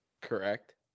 Correct